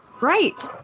Right